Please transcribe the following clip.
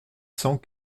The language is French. cent